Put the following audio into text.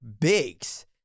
bigs